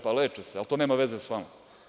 Pa leče se, ali to nema veze sa vama.